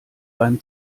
beim